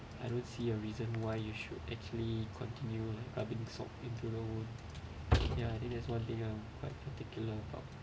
I don't see a reason why you should actually continue rubbing salt into the wound ya then there's one thing ah like particular about